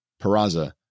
Peraza